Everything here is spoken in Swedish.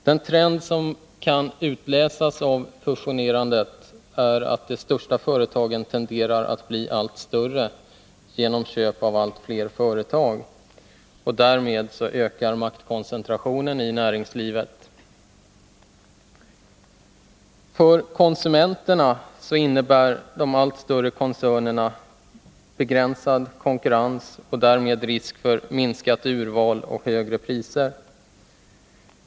Den trend som kan utläsas av fusionerandet är att de största företagen tenderar att bli allt större genom köp av allt fler företag, och därmed ökar maktkoncentrationen i näringslivet. För konsumenterna innebär de allt större koncernerna begränsad konkurrens och därmed risk för minskat urval och högre priser.